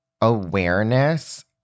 awareness